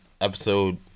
episode